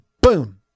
boom